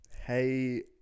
hey